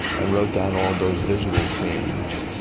and wrote down all those visual scenes.